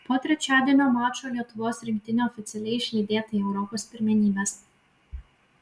po trečiadienio mačo lietuvos rinktinė oficialiai išlydėta į europos pirmenybes